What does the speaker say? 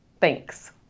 Thanks